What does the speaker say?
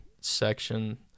section